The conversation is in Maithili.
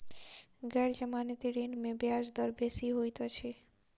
गैर जमानती ऋण में ब्याज दर बेसी होइत अछि